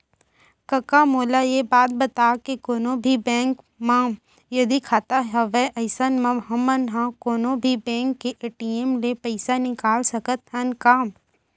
कका मोला ये बता के कोनों भी बेंक म यदि खाता हवय अइसन म हमन ह कोनों भी बेंक के ए.टी.एम ले पइसा निकाल सकत हन का?